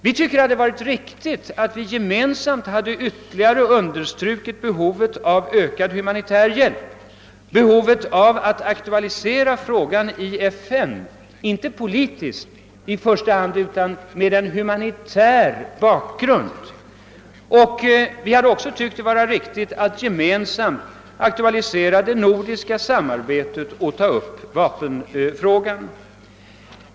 Vi tycker att det hade varit riktigt att vi gemensamt ytterligare hade understrukit behovet av ökad humanitär hjälp, behovet av att aktualisera frågan i FN, inte politiskt i första hand utan med en humanitär bakgrund. Vi hade också tyckt att det var riktigt att gemensamt aktualisera det nordiska samarbetet och att ta upp vapenfrågan.